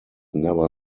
never